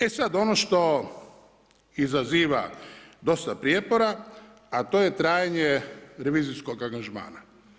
E sad ono što izaziva dosta prijepora, a to je trajanje revizijskog angažmana.